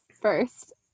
first